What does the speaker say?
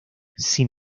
sin